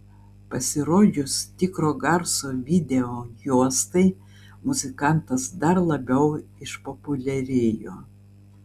pasirodžius tikro garso videojuostai muzikantas dar labiau išpopuliarėjo